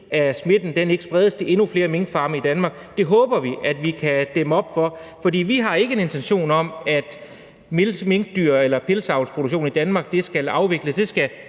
at smitten ikke spredes til endnu flere minkfarme i Danmark. Vi håber, at vi kan dæmme op for det, for vi har ikke en intention om, at minkdyr eller pelsproduktionen i Danmark skal afvikles.